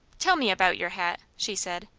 tell me about your hat, she said.